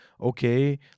okay